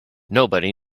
nobody